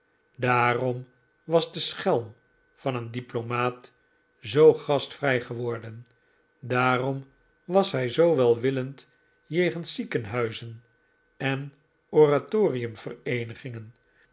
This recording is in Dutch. daarom was die schelm van een diplomaat zoo gastvrij geworden daarom was hij zoo welwillend jegens ziekenhuizen en oratorium vereenigingen